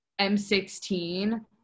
m16